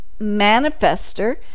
manifester